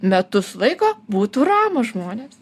metus laiko būtų ramūs žmonės